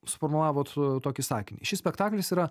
suformavot tokį sakinį šis spektaklis yra